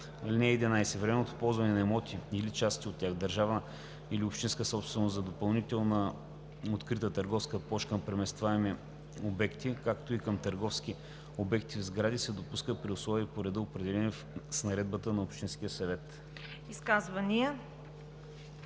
(11) Временно ползване на имоти или части от тях – държавна или общинска собственост, за допълнителна открита търговска площ към преместваеми обекти, както и към търговски обекти в сгради, се допуска при условия и по ред, определени с наредбата на общинския съвет.“